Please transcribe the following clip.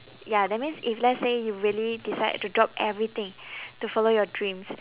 ya that means if let's say you really decided to drop everything to follow your dreams